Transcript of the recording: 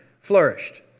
flourished